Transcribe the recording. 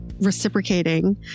reciprocating